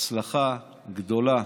הצלחה גדולה